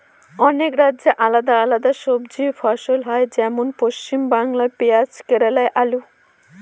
অনেক রাজ্যে আলাদা আলাদা সবজি ফসল হয়, যেমন পশ্চিমবাংলায় পেঁয়াজ কেরালায় আলু